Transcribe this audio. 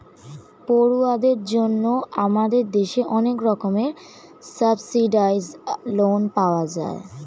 পড়ুয়াদের জন্য আমাদের দেশে অনেক রকমের সাবসিডাইস্ড্ লোন পাওয়া যায়